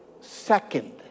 second